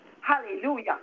Hallelujah